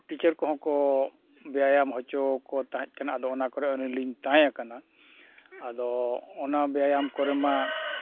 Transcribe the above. teacher ᱠᱚᱦᱚᱸ ᱠᱚ ᱵᱮᱭᱟᱢ ᱦᱚᱪᱚ ᱠᱚ ᱛᱟᱦᱮᱸᱫ ᱠᱟᱱᱟ ᱟᱫᱚ ᱚᱱᱟ ᱠᱚᱨᱮᱫ ᱟᱹᱞᱤᱧ ᱞᱤᱧ ᱛᱟᱦᱮᱸᱭ ᱠᱟᱱᱟ ᱟᱫᱚ ᱚᱱᱟ ᱵᱮᱭᱟᱢ ᱠᱚᱨᱮ ᱢᱟ